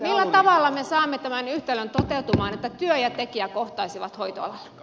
millä tavalla me saamme tämän yhtälön toteutumaan että työ ja tekijä kohtaisivat hoitoalalla